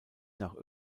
nach